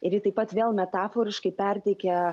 ir ji taip pat vėl metaforiškai perteikia